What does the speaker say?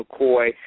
McCoy